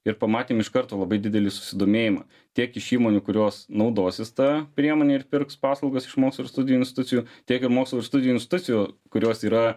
ir pamatėm iš karto labai didelį susidomėjimą tiek iš įmonių kurios naudosis ta priemone ir pirks paslaugas iš mokslo ir studijų institucijų tiek ir mokslo studijų institucijų kurios yra